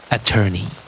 Attorney